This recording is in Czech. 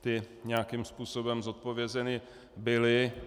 Ty nějakým způsobem zodpovězeny byly.